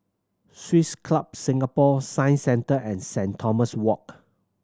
Swiss Club Singapore Science Centre and Saint Thomas Walk